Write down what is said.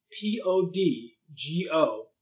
P-O-D-G-O